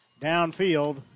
downfield